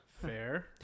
fair